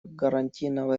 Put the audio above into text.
гарантийного